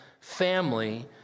family